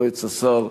יועץ השר,